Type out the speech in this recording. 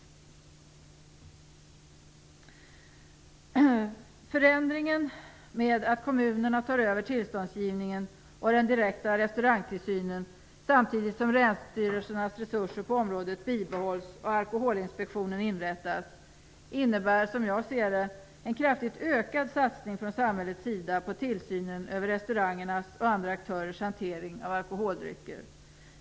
Den förändring som innebär att kommunerna tar över tillståndsgivningen och den direkta restaurangtillsynen samtidigt som länsstyrelsernas resurser på området bibehålls och Alkoholinspektionen inrättas, innebär som jag ser det en kraftigt ökad satsning från samhällets sida på tillsynen över restaurangernas och andra aktörers hantering av alkoholdrycker.